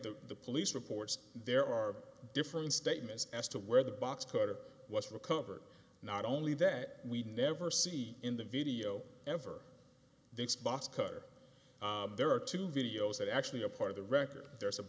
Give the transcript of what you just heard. the police reports there are different statements as to where the box cutter was recovered not only that we never see in the video ever this box cutter there are two videos that actually a part of the record there's a